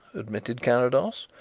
admitted carrados.